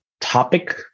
topic